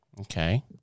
Okay